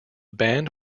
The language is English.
band